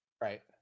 Right